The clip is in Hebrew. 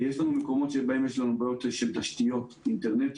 יש מקומות שבהם יש לנו בעיה של תשתיות אינטרנטיות,